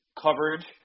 coverage